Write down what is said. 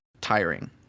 tiring